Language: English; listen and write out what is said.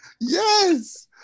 Yes